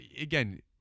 again